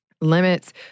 limits